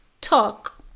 talk